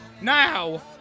now